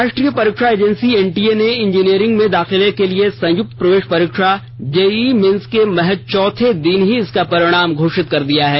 राष्ट्रीय परीक्षा agency NTA ने इंजीनियरिंग में दाखिले के लिए संयुक्त प्रवेश परीक्षा जेईई मेन्स के महज चौथे दिन ही इसका परिणाम घोषित कर दिया है